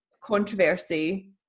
controversy